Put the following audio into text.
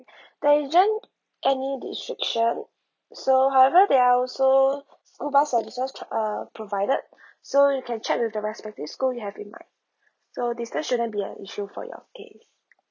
there isn't any restriction so however there are also school bus services check uh provided so you can check with the respective school you have in mind so discuss shouldn't be an issue for your case